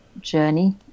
journey